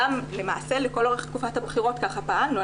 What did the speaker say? למעשה לכל אורך תקופת הבחירות ככה פעלנו.